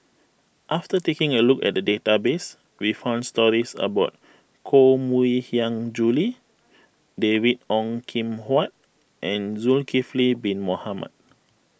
after taking a look at the database we found stories about Koh Mui Hiang Julie David Ong Kim Huat and Zulkifli Bin Mohamed